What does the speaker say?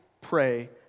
pray